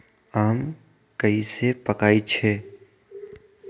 आम कईसे पकईछी?